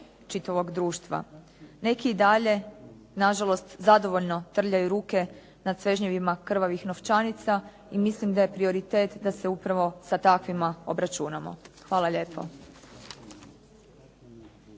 čitavog društva. Neki i dalje nažalost zadovoljno trljaju ruke nad svežnjevima krvavih novčanica i mislim da je prioritet da se upravo sa takvim obračunamo. Hvala lijepo.